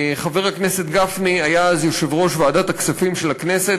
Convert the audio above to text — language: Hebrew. חבר הכנסת גפני היה אז יושב-ראש ועדת הכספים של הכנסת,